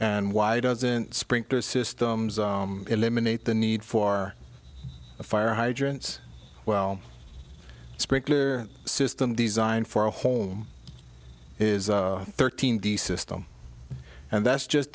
and why doesn't sprinkler systems eliminate the need for a fire hydrants well sprinkler system designed for a home is thirteen the system and that's just